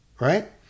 right